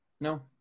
No